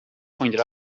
pointed